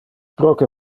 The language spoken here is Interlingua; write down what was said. proque